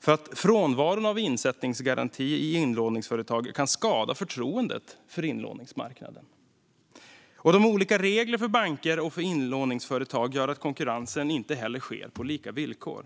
för att frånvaron av insättningsgaranti i inlåningsföretag kan skada förtroendet för inlåningsmarknaden. De olika reglerna för banker respektive inlåningsföretag gör att konkurrensen inte heller sker på lika villkor.